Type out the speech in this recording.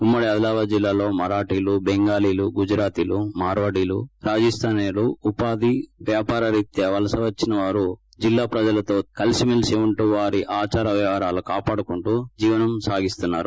ఉమ్మడి ఆదిలాబాద్ జిల్లాలో మరాఠాలు టెంగాలీలు గుజరాతీలు మార్పాడీలు రాజస్థానీయులు ఉపాధి వ్యాపారరీత్యా వలస వచ్చిన వారు జిల్లా ప్రజలతు సత్పంబంధాలు కలిగి కలిసిమెలిసి ఉంటూ వారి ఆచార వ్యవహారాలు కాపాడుకుంటూ జీవనం సాగిస్తున్నారు